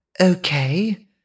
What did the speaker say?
Okay